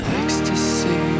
ecstasy